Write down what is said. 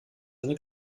eine